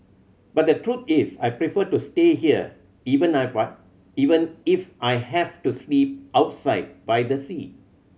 but the truth is I prefer to stay here even never even if I have to sleep outside by the sea